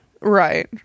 Right